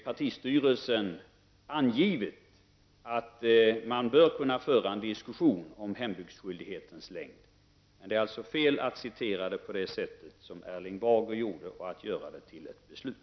Partistyrelsen har angivt att man bör kunna föra en diskussion om hembudsskyldighetens längd. Men det är alltså fel att referera detta på ett sådant sätt som Erling Bager gjorde och säga att det är ett beslut.